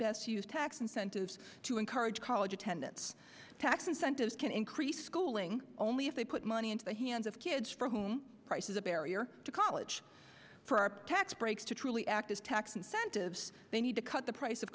best use tax incentives to encourage college attendance tax incentives can increase schooling only if they put money into the hands of kids for whom price is a barrier to college for our tax breaks to truly act as tax incentives they need to cut the price of